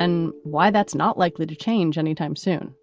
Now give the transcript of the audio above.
and why that's not likely to change anytime soon